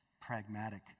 pragmatic